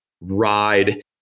ride